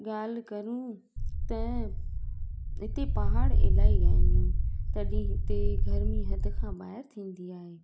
ॻाल्हि करियूं त हिते पहाड़ इलाही आहिनि तॾहिं हिते गर्मी हद खां ॿाहिरि थींदी आहे